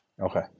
Okay